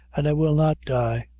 and i will not die.